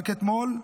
רק אתמול,